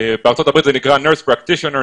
בארצות הברית זה נקרא נרט' פרקטישינר.